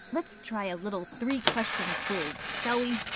let's try a little three question quiz shall we?